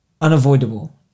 unavoidable